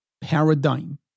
paradigm